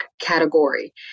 category